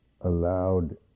allowed